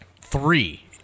three